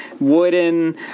wooden